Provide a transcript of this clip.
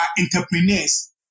entrepreneurs